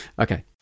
okay